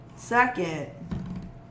Second